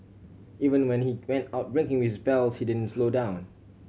even when he went out drinking with pals he didn't slow down